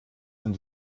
und